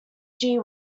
gee